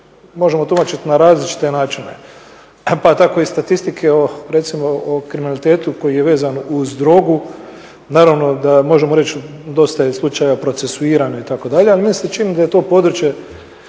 možemo tumačiti na različite načine pa tako i statistike recimo o kriminalitetu koji je vezan uz drogu. Naravno da možemo reći dosta je slučajeva procesuirano itd., ali meni se čini da je to područje,